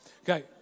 Okay